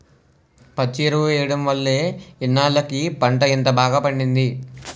పచ్చి ఎరువు ఎయ్యడం వల్లే ఇన్నాల్లకి పంట ఇంత బాగా పండింది